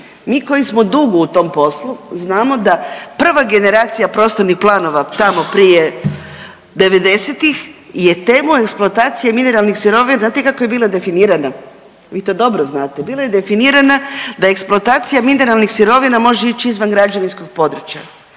Mi koji smo dugo u tom poslu znamo da prva generacija prostornih planova tamo prije 90-ih je temu eksploatacije mineralnih sirovina, znate kako je bila definirana? Vi to dobro znate, bila je definirana da eksploatacija mineralnih sirovina može ići izvan građevinskog područja.